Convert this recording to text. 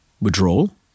withdrawal